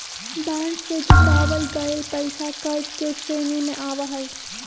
bond से जुटावल गइल पैसा कर्ज के श्रेणी में आवा हई